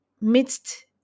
midst